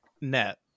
net